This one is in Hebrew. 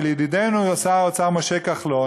של ידידנו שר האוצר משה כחלון,